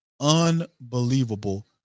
Unbelievable